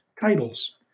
titles